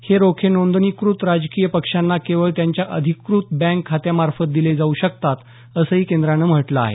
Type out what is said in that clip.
हे रोखे नोंदणीकृत राजकीय पक्षांना केवळ त्यांच्या अधिकृत बँक खात्यांमार्फत दिले जाऊ शकतात असंही केंद्रानं म्हटलं आहे